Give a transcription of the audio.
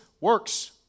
works